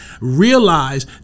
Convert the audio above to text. Realize